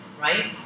right